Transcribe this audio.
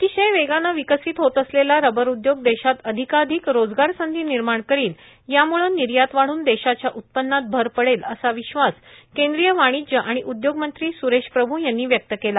अतिशय वेगानं विकसित होत असलेला रबर उद्योग देशात अधिकाधिक रोजगार संधी निर्माण करील यामुळे निर्यात वाढून देशाच्या उत्पन्नात भर पडेल असा विश्वास केंद्रीय वाणिज्य आणि उदयोग मंत्री सुरेश प्रभू यांनी व्यक्त केला आहे